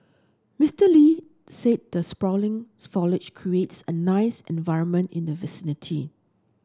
Mister Lee say the sprawling foliage creates a nice environment in the vicinity